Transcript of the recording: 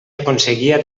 aconseguia